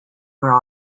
were